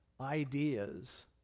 ideas